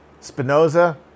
Spinoza